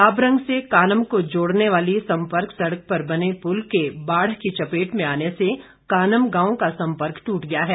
लाबरंग से कानम को जोड़ने वाली संपर्क सड़क पर बने पुल के बाढ़ की चपेट में आने से कानम गांव का सम्पर्क ट्रट गया है